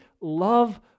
love